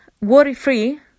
worry-free